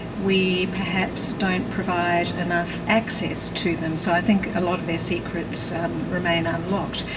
we perhaps don't provide enough access to them, so i think a lot of their secrets um remain unlocked,